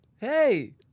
Hey